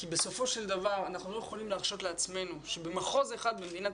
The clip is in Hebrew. בסופו של דבר אנחנו לא יכולים להרשות לעצמנו שבמחוז אחד במדינת